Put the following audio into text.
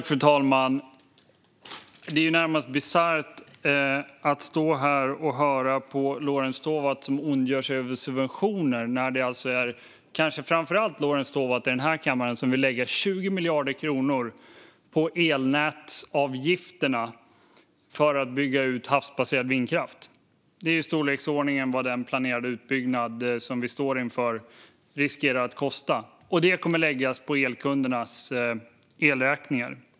Fru talman! Det är närmast bisarrt att stå här och höra Lorentz Tovatt ondgöra sig över subventioner, när det kanske framför allt är Lorentz Tovatt i den här kammaren som vill lägga 20 miljarder kronor på elnätsavgifterna för att bygga ut havsbaserad vindkraft. Det är i storleksordningen vad den planerade utbyggnad som vi står inför riskerar att kosta, och det kommer att läggas på elkundernas elräkningar.